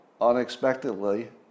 unexpectedly